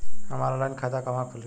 हमार ऑनलाइन खाता कहवा खुली?